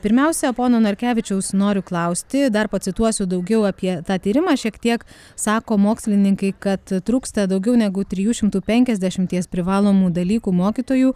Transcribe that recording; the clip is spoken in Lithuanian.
pirmiausia pono narkevičiaus noriu klausti dar pacituosiu daugiau apie tą tyrimą šiek tiek sako mokslininkai kad trūksta daugiau negu tris šimtų penkiasdešimties privalomų dalykų mokytojų